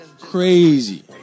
Crazy